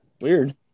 weird